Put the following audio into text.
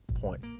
point